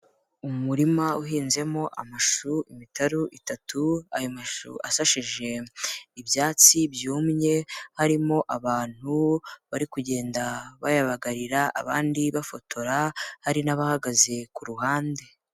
Umurima uhinzemo amashu imitaru itatu, ayo mashusho asashije ibyatsi byumye, harimo abantu bari kugenda bayabagarira, abandi bafotora, hari n'abahagaze ku ruhande.